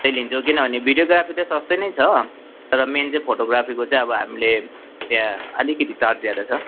चाहिँ लिन्छौँ किनभने भिडियोग्रफी त सस्तै नै छ र मेन चाहिँ फोटोग्राफीको चाहिँ हामीले त्यहाँ अलिकति चार्ज ज्यादा छ